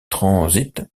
transit